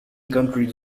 countries